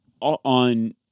on